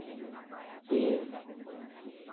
ᱪᱤᱱ